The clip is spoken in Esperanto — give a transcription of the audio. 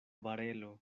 barelo